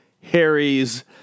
Harry's